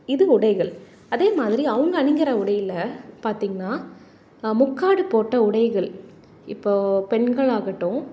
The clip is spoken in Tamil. இது உடைகள் அதேமாதிரி அவங்க அணிகிற உடையில் பார்த்திங்கனா முக்காடு போட்ட உடைகள் இப்போது பெண்களாகட்டும்